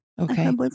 Okay